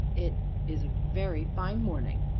it is a very fine morning!